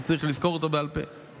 אתה צריך לזכור אותה בעל פה.